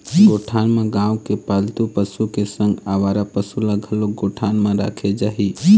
गौठान म गाँव के पालतू पशु के संग अवारा पसु ल घलोक गौठान म राखे जाही